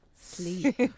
sleep